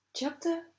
Chapter